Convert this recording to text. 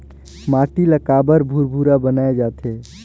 माटी ला काबर भुरभुरा बनाय जाथे?